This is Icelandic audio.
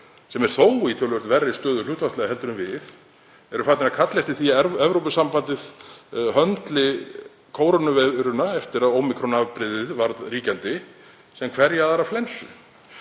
sem er þó í töluvert verri stöðu hlutfallslega en við, farnir að kalla eftir því að Evrópusambandið höndli kórónuveiruna, eftir að ómíkron-afbrigðið varð ríkjandi, sem hverja aðra flensu.